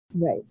Right